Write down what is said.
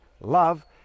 love